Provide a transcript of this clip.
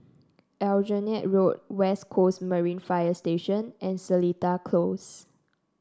Aljunied Road West Coast Marine Fire Station and Seletar Close